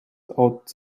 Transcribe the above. out